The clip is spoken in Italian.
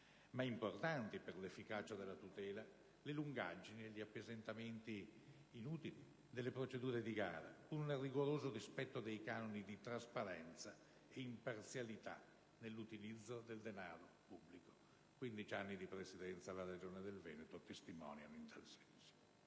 ma importanti per l'efficacia della tutela - le lungaggini e gli appesantimenti inutili delle procedure di gara, pur nel rigoroso rispetto dei canoni di trasparenza e di imparzialità nell'utilizzo del denaro pubblico: 15 anni di presidenza alla Regione Veneto testimoniano in tal senso.